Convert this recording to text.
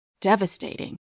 devastating